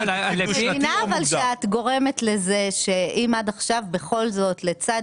אבל את מבינה שאת גורמת לזה שאם עד עכשיו בכל זאת לצד